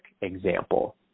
example